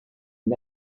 une